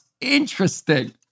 Interesting